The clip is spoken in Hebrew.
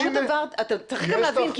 צריך גם להבין,